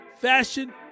fashion